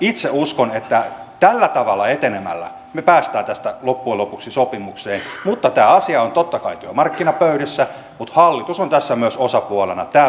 itse uskon että tällä tavalla etenemällä me pääsemme tästä loppujen lopuksi sopimukseen mutta tämä asia on totta kai työmarkkinapöydissä mutta hallitus on tässä myös osapuolena tämä pitää muistaa